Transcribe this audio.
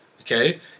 Okay